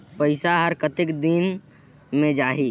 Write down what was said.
पइसा हर कतेक दिन मे जाही?